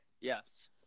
Yes